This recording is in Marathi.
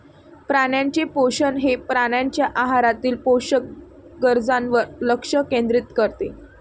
प्राण्यांचे पोषण हे प्राण्यांच्या आहारातील पोषक गरजांवर लक्ष केंद्रित करते